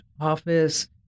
Office